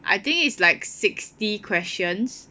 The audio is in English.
I think is like sixty questions